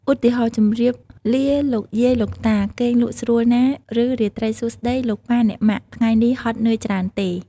ឧទាហរណ៍ ជម្រាបលាលោកយាយលោកតា! គេងលក់ស្រួលណា៎! ឬ រាត្រីសួស្តីលោកប៉ាអ្នកម៉ាក់! ថ្ងៃនេះហត់នឿយច្រើនទេ?។